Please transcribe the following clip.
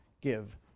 give